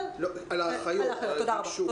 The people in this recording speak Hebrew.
רכבי ההסעות של החינוך המיוחד הם קטנים,